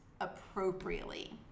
appropriately